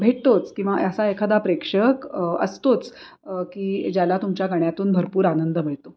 भेटतोच किंवा असा एखादा प्रेक्षक असतोच की ज्याला तुमच्या गाण्यातून भरपूर आनंद मिळतो